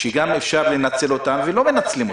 שגם אפשר לנצל אותם, ולא מנצלים אותם.